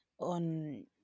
on